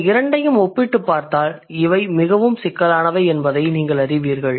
இந்த இரண்டையும் ஒப்பிட்டுப் பார்த்தால் இவை மிகவும் சிக்கலானவை என்பதை நீங்கள் அறிவீர்கள்